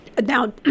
Now